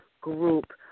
group